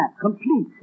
complete